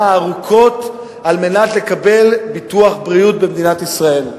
הארוכות כדי לקבל ביטוח בריאות במדינת ישראל.